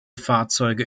fahrzeuge